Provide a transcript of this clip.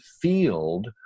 field